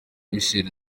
michel